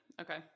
Okay